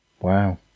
Wow